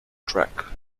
track